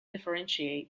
differentiate